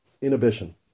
inhibition